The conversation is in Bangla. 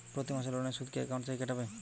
প্রতি মাসে লোনের সুদ কি একাউন্ট থেকে কাটবে?